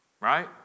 Right